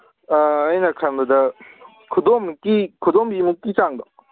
ꯑꯩꯅ ꯈꯟꯕꯗ ꯈꯨꯗꯣꯝꯃꯨꯛꯀꯤ ꯈꯨꯗꯣꯝꯕꯤꯃꯨꯛꯀꯤ ꯆꯥꯡꯗꯣ